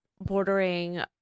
bordering